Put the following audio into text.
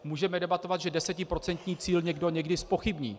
Můžeme debatovat, že desetiprocentní cíl někdo někdy zpochybní.